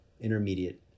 intermediate